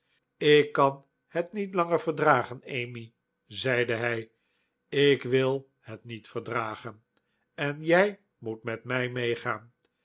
ik kan het niet langer verdragen emmy zeide hij ik wil het niet verdragen en jij moet met mij meegaan